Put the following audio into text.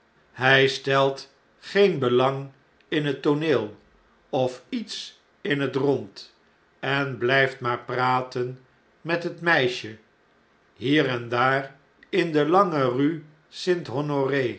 hij stelt seen belang in net tooneel of iets in het rond en blijft maar praten met het meisje hier en daar in de lange